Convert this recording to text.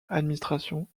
administration